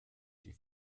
die